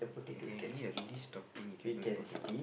okay give me a list of thing you can do with potato